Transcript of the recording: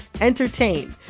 entertain